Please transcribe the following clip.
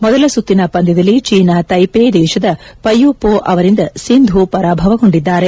ಮೊದಲ ಸುತ್ತಿನ ಪಂದ್ಯದಲ್ಲಿ ಚೀನಾ ತೈಪೇ ದೇಶದ ಪೈಯುಪೋ ಅವರಿಂದ ಸಿಂಧು ಪರಾಭವಗೊಂಡಿದ್ದಾರೆ